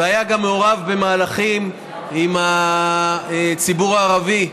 והיה גם מעורב במהלכים עם הציבור הערבי.